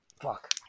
Fuck